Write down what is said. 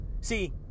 See